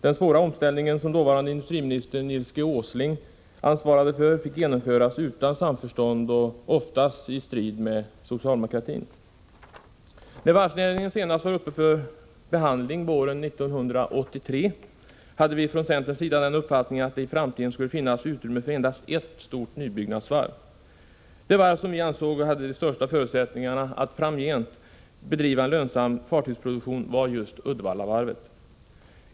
Den svåra omställning som dåvarande industriministern Nils G. Åsling ansvarade för fick genomföras utan samförstånd och oftast i strid med socialdemokratin. När varvsnäringen senast var uppe till behandling, våren 1983, hade vi från centerns sida den uppfattningen att det i framtiden skulle finnas utrymme för endast ett stort nybyggnadsvarv. Det varv som vi ansåg hade de största förutsättningarna att framgent bedriva en lönsam fartygsproduktion var just Uddevallavarvet.